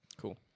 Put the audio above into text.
Cool